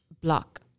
block